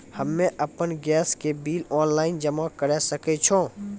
हम्मे आपन गैस के बिल ऑनलाइन जमा करै सकै छौ?